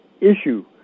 issue